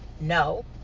No